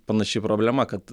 panaši problema kad